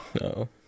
No